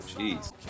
Jeez